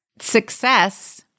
success